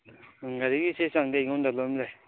ꯎꯝ ꯒꯥꯔꯤꯒꯤ ꯆꯦ ꯆꯥꯡꯗꯤ ꯑꯩꯉꯣꯟꯗ ꯂꯣꯏꯅꯃꯛ ꯂꯩ